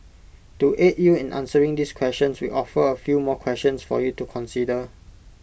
to aid you in answering this question we offer A few more questions for you to consider